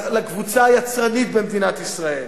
לקבוצה היצרנית במדינת ישראל.